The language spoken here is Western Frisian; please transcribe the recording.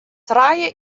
trije